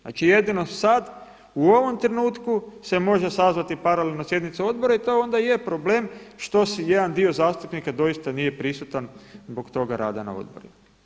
Znači jedino sad u ovom trenutku se može sazvati paralelno sjednica odbora i to onda i je problem što jedan dio zastupnika doista nije prisutan zbog toga rada na odborima.